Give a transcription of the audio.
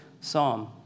Psalm